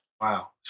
wow